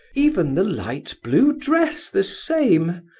even the light blue dress the same,